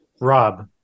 Rob